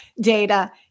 data